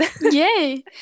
Yay